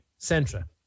Centra